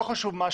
לא חשוב מה,